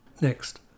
Next